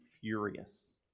furious